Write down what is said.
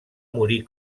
morir